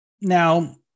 Now